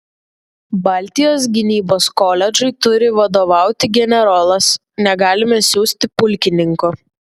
baltijos gynybos koledžui turi vadovauti generolas negalime siųsti pulkininko